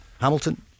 Hamilton